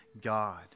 God